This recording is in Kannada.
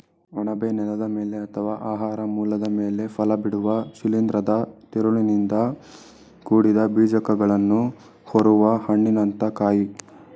ಅಣಬೆ ನೆಲದ ಮೇಲೆ ಅಥವಾ ಆಹಾರ ಮೂಲದ ಮೇಲೆ ಫಲಬಿಡುವ ಶಿಲೀಂಧ್ರದ ತಿರುಳಿನಿಂದ ಕೂಡಿದ ಬೀಜಕಗಳನ್ನು ಹೊರುವ ಹಣ್ಣಿನಂಥ ಕಾಯ